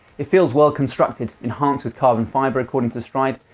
it feels well constructed, enhanced with carbon fibre according to stryd.